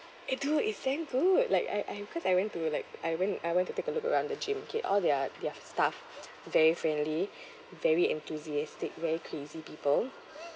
I do it's damn good like I I because I went to like I went I went to take a look around the gym okay all their their staff very friendly very enthusiastic very crazy people